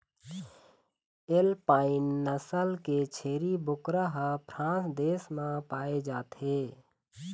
alpine नसल के छेरी बोकरा ह फ्रांस देश म पाए जाथे